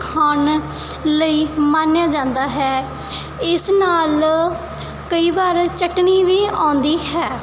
ਖਾਣ ਲਈ ਮਾਣਿਆ ਜਾਂਦਾ ਹੈ ਇਸ ਨਾਲ ਕਈ ਵਾਰ ਚਟਣੀ ਵੀ ਆਉਂਦੀ ਹੈ